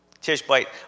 Tishbite